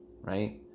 right